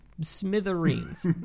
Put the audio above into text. smithereens